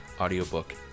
audiobook